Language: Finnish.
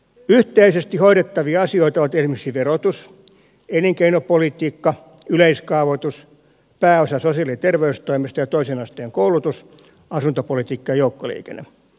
yhteisesti hoidettavia asioita olisivat esimerkiksi verotus elinkeinopolitiikka yleiskaavoitus pääosa sosiaali ja terveystoimesta ja toisen asteen koulutus asuntopolitiikka ja joukkoliikenne